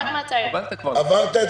יש גם